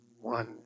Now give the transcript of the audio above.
one